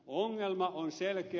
ongelma on selkeä